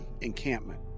encampment